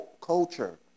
culture